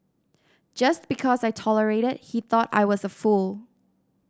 just because I tolerated he thought I was a fool